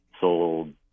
sold